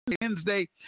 Wednesday